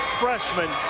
freshman